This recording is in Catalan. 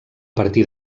partir